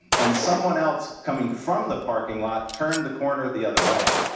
and someone else coming from the parking lot turned the corner the other way,